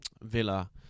Villa